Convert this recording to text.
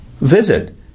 Visit